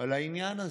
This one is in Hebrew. על העניין הזה.